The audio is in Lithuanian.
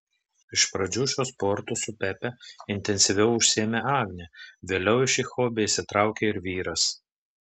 iš pradžių šiuo sportu su pepe intensyviau užsiėmė agnė vėliau į šį hobį įsitraukė ir vyras